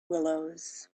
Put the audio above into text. willows